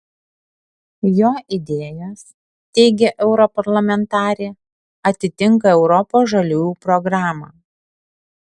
jo idėjos teigia europarlamentarė atitinka europos žaliųjų programą